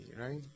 right